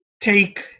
take